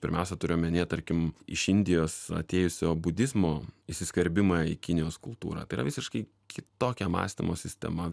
pirmiausia turiu omenyje tarkim iš indijos atėjusio budizmo įsiskverbimą į kinijos kultūrą tai yra visiškai kitokia mąstymo sistema